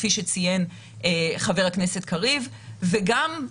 כפי שציין חבר הכנסת קריב וגם,